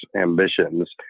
ambitions